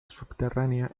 subterránea